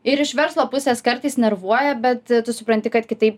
ir iš verslo pusės kartais nervuoja bet tu supranti kad kitaip